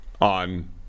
on